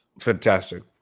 Fantastic